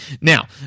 now